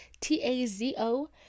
T-A-Z-O